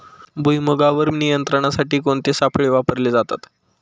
भुईमुगावर नियंत्रणासाठी कोणते सापळे वापरले जातात?